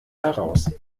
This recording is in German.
heraus